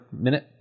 Minute